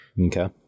Okay